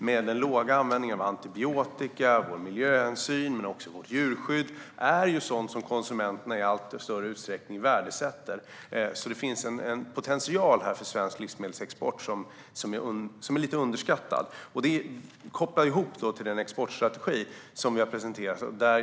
Vår låga användning av antibiotika, vår miljöhänsyn och vårt djurskydd är sådant som konsumenterna i allt större utsträckning värdesätter. Det finns en potential för svensk livsmedelsexport som är lite underskattad. Låt mig koppla detta till den exportstrategi som vi har presenterat.